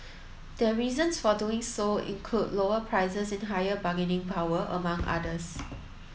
their reasons for doing so include lower prices and higher bargaining power among others